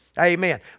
Amen